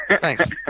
Thanks